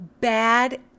bad